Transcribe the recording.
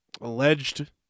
alleged